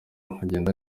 nkagenda